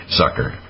sucker